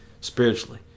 spiritually